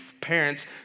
parents